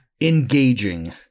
engaging